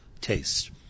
taste